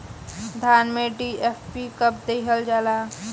धान में डी.ए.पी कब दिहल जाला?